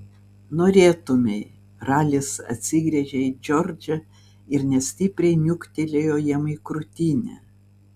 norėtumei ralis atsigręžė į džordžą ir nestipriai niuktelėjo jam į krūtinę